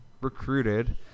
recruited